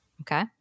Okay